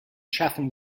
chatham